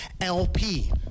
LP